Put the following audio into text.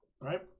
Right